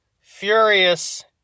Furious